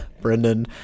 Brendan